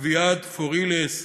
אביעד פוהורילס,